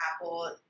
Apple